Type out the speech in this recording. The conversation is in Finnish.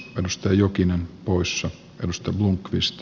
minusta jokinen oulussa risto blomquist